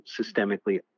systemically